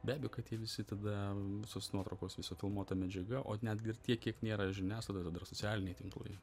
be abejo kad tie visi tada visos nuotraukos visa filmuota medžiaga o netgi ir tiek kiek nėra žiniasklaidoj tada dar socialiniai tinklai